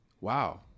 wow